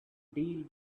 deal